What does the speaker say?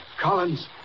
Collins